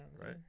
right